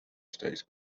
states